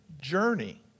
journey